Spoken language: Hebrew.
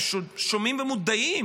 והם שומעים ומודעים